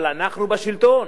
אבל אנחנו בשלטון,